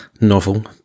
novel